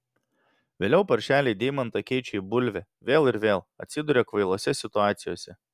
vėliau paršeliai deimantą keičia į bulvę vėl ir vėl atsiduria kvailose situacijose